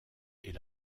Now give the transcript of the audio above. est